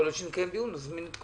יכול להיות שנגיד להם